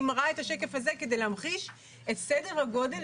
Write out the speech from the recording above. אני מראה את השקף הזה כדי להמחיש את סדר הגודל,